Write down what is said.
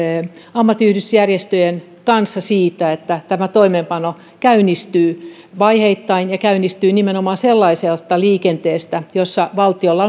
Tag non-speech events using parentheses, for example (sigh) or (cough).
ammattiyhdistysjärjestöjen kanssa siitä että tämä toimeenpano käynnistyy vaiheittain ja käynnistyy nimenomaan sellaisesta liikenteestä jossa valtiolla (unintelligible)